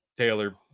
Taylor